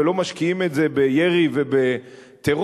ולא משקיעים את זה בירי ובטרור,